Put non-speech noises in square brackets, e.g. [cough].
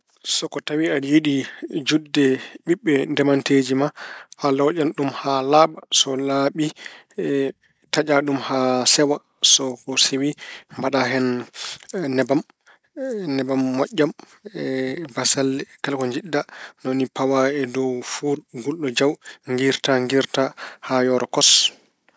So ko tawi aɗa yiɗi juɗde ɓiɓɓe ndemanteeji ma, a laawƴan ɗum haa laaɓa. So laaɓi, [hesitation] taƴa ɗum haa sewa. So ko sewi, mbaɗa hen nebam, nebam moƴƴam e bassalle, kala ko njiɗɗa. Ni woni pawa e dow fuur ngulɗo jaw, ngiirta, ngiirta haa yoora kos.